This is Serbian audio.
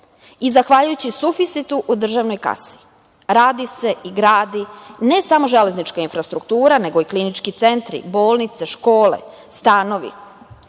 i zahvalj ujući suficitu u državnoj kasi. Radi se i gradi, ne samo železnička infrastrukture, nego i klinički centri, bolnice, škole,